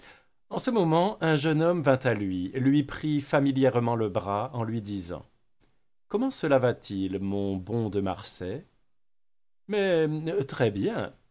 en ce moment un jeune homme vint à lui lui prit familièrement le bras en lui disant comment cela va-t-il mon bon de marsay mais très bien